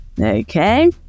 okay